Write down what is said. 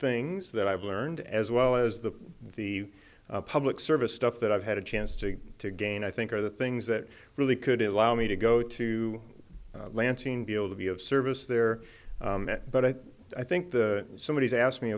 things that i've learned as well as the the public service stuff that i've had a chance to to again i think are the things that really could have allowed me to go to lansing be able to be of service there but i think i think the somebody has asked me